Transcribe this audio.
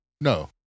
No